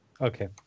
Okay